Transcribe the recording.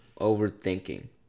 Overthinking